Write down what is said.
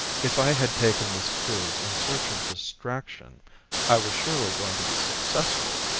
if i had taken this cruise in search of distraction i was surely going to be successful!